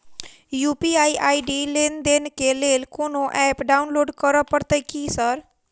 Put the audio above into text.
UPI ID लेनदेन केँ लेल कोनो ऐप डाउनलोड करऽ पड़तय की सर?